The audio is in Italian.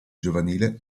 giovanile